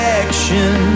action